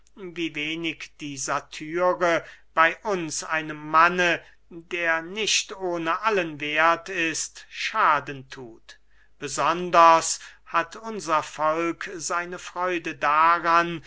wie wenig die satire bey uns einem manne der nicht ohne allen werth ist schaden thut besonders hat unser volk seine freude daran